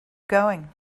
going